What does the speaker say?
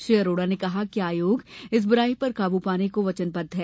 श्री अरोड़ा ने कहा कि आयोग इस बुराई पर काबू पाने को वचनबद्ध है